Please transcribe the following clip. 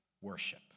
worship